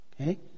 Okay